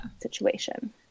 situation